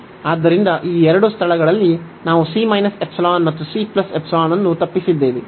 ಆದ್ದರಿಂದ ಈ ಎರಡು ಸ್ಥಳಗಳಲ್ಲಿ ನಾವು c ϵ ಮತ್ತು c ϵ ಅನ್ನು ತಪ್ಪಿಸಿದ್ದೇವೆ